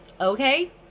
okay